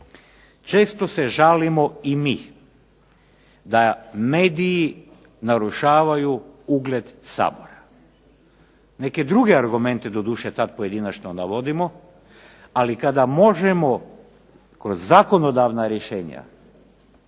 Često se žalimo i mi da mediji narušavaju ugled Sabora. Neke druge argumente doduše tad pojedinačno navodimo. Ali kada možemo kroz zakonodavna rješenja